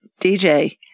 DJ